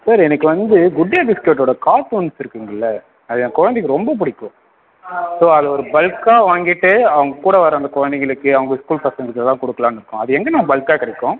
sir எனக்கு வந்து Good Day பிஸ்கேட்டோட காம்போண்ட்ஸ் இருக்குங்கள்லே அது என் குலந்தைக்கு ரொம்ப பிடிக்கும் ஸோ அதை ஒரு பல்க்கா வாங்கிட்டு அவங்க கூட வர அந்த குலந்தைங்களுக்கு அவங்க ஸ்கூல் பசங்களுக்கு இதெல்லாம் கொடுக்கலாம்னு இருக்கோம் அது எங்கண்ணா பல்க்கா கிடைக்கும்